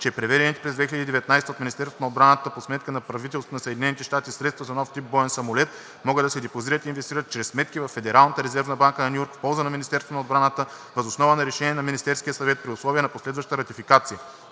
че преведените през 2019 г. от Министерството на отбраната по сметка на правителството на Съединените американски щати средства за нов тип боен самолет могат да се депозират и инвестират чрез сметки във Федералната резервна банка на Ню Йорк в полза на Министерството на отбраната въз основа на решение на Министерския съвет при условие на последваща ратификация.